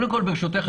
ברשותך,